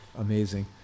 amazing